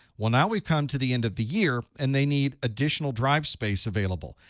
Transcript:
well, now we've come to the end of the year and they need additional drive space available.